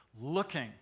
looking